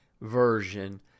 version